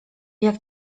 jak